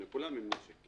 וכולם עם נשק.